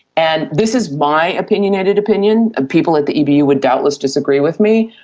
and this is my opinionated opinion, and people at the ebu would doubtless disagree with me,